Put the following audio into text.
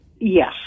yes